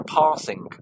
passing